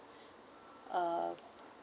err